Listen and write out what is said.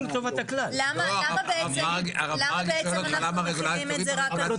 למה בעצם אנחנו מחילים את זה רק על,